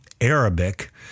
arabic